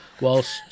whilst